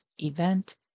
event